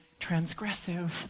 transgressive